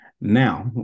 Now